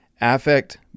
Affect